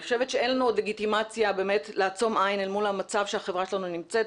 אני חושבת שאין לנו לגיטימציה לעצום עין אל מול המצב שהחברה שלנו נמצאת,